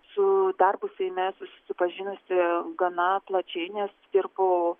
su darbu seime susipažinusi gana plačiai nes dirbau